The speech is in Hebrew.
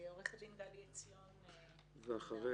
גלי עציון, נעמ"ת.